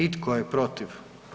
I tko je protiv?